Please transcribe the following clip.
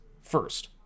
first